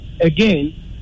Again